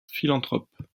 philanthrope